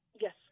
yes